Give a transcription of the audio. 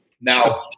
Now